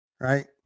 right